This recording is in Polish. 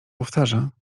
powtarza